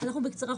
שזה